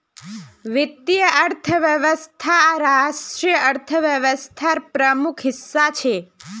वीत्तिये अर्थवैवस्था राष्ट्रिय अर्थ्वैवास्थार प्रमुख हिस्सा छे